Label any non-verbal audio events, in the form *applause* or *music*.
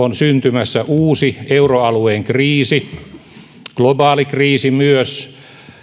*unintelligible* on syntymässä uusi euroalueen kriisi globaali kriisi myös